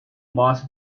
boss